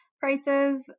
Prices